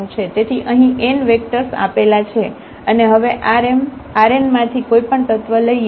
તેથી અહીં n vectors આપેલા છે અને હવે Rn માંથી કોઈ પણ તત્વ લઈએ